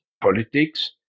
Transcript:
politics